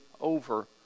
over